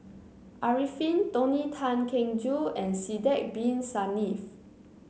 Arifin Tony Tan Keng Joo and Sidek Bin Saniff